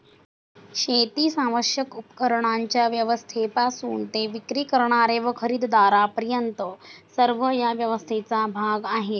शेतीस आवश्यक उपकरणांच्या व्यवस्थेपासून ते विक्री करणारे व खरेदीदारांपर्यंत सर्व या व्यवस्थेचा भाग आहेत